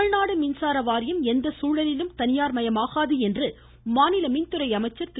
தமிழ்நாடு மின்சார வாரியம் எந்த சூழலிலும் தனியார்மயமாகாது என்று மாநில மின்துறை அமைச்சர் திரு